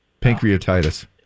pancreatitis